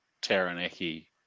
Taranaki